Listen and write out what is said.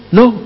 no